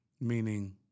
Meaning